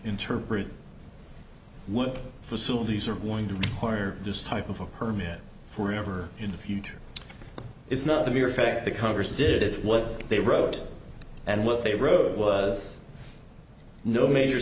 interpret what facilities are going to fire this type of a permit for ever in the future is not the mere fact that congress did it is what they wrote and what they wrote was no major